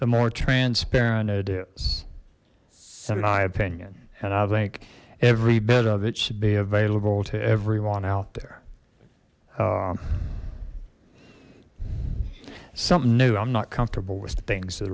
the more transparent it is in my opinion and i think every bit of it should be available to everyone out there something new i'm not comfortable with the things that